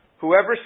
Whoever